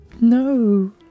No